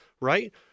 right